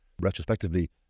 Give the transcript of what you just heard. retrospectively